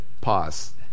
pause